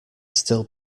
still